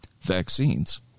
Vaccines